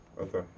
Okay